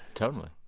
totally.